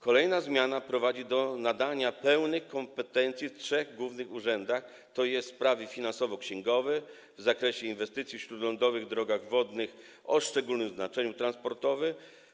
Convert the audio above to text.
Kolejna zmiana prowadzi do nadania pełnych kompetencji w trzech głównych urzędach, tj. jeśli chodzi o sprawy finansowo-księgowe, w zakresie inwestycji na śródlądowych drogach wodnych o szczególnym znaczeniu transportowym.